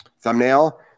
thumbnail